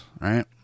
Right